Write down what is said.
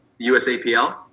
USAPL